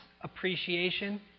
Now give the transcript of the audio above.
appreciation